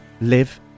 live